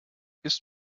ist